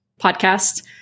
podcast